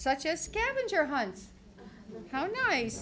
such as scavenger hunt how nice